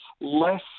less